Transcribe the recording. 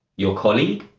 your colleague,